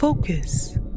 Focus